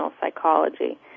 psychology